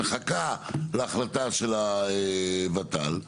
מחכה להחלטה של הוות"ל,